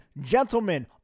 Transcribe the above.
Gentlemen